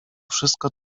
wszystko